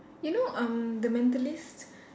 you know um the mentalist